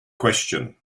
question